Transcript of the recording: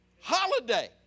holiday